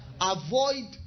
Avoid